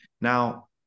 Now